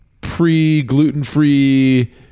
pre-gluten-free